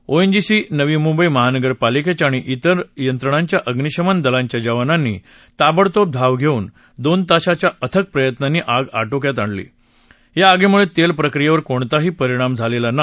ONGC Navi Mumbai महानगरपालिकेच्या आणि विर यंत्रणांच्या अभ्निशमन दलांच्या जवानांनी ताबडतोब धाव घेऊन दोन तासाच्या अथक प्रयत्नांनी आग आटोक्यात आणली या आगीमुळे तेल प्रक्रियेवर कोणताही परिणाम झालेला नाही